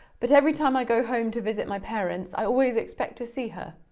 but every time i go home to visit my parents i always expect to see her,